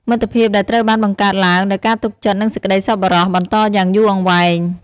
មិត្តភាពដែលត្រូវបានបង្កើតឡើងដោយការទុកចិត្តនិងសេចក្ដីសប្បុរសបន្តយ៉ាងយូរអង្វែង។